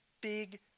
big